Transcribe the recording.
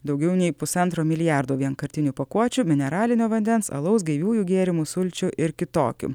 daugiau nei pusantro milijardo vienkartinių pakuočių mineralinio vandens alaus gaiviųjų gėrimų sulčių ir kitokių